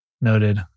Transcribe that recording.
Noted